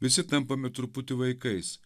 visi tampame truputį vaikais